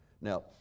Now